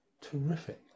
Terrific